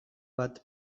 bat